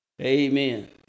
Amen